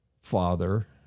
father